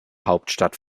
hauptstadt